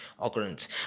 occurrence